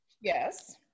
Yes